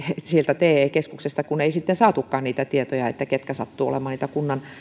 sieltä te keskuksesta ei sitten saatukaan niitä tietoja ketkä sattuvat olemaan niitä kunnan